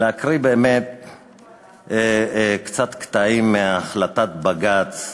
להקריא קצת קטעים מהחלטת בג"ץ,